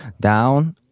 down